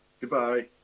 Goodbye